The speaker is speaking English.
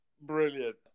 Brilliant